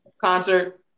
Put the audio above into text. Concert